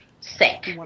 sick